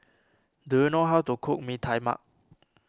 do you know how to cook Mee Tai Mak